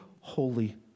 holy